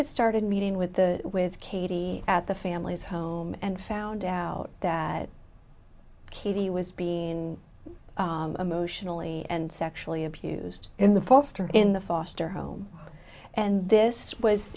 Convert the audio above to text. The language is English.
s started meeting with the with katie at the family's home and found out that katie was being emotionally and sexually abused in the foster in the foster home and this was